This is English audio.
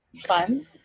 fun